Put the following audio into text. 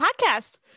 podcast